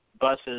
buses